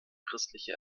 christliche